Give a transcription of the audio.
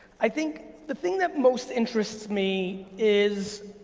i think the thing that most interests me is